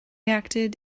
acted